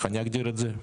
איך אני אגדיר את זה?